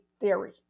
theory